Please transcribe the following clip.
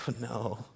no